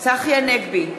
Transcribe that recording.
צחי הנגבי,